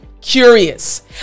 curious